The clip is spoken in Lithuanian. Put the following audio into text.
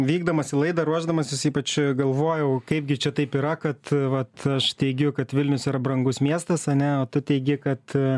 vykdamas į laidą ruošdamasis ypač galvojau kaipgi čia taip yra kad vat aš teigiu kad vilnius yra brangus miestas ane o teigi kad